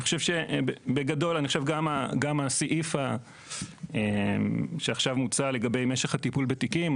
גם הסעיף שעכשיו מוצע לגבי משך הטיפול בתיקים,